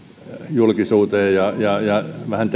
julkisuuteen joka vuodenajalle ja vähän